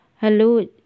Hello